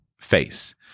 face